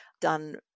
done